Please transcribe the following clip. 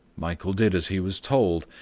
michael did as he was told.